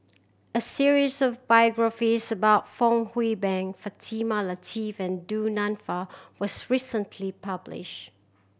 a series of biographies about Fong Hoe Beng Fatimah Lateef and Du Nanfa was recently publish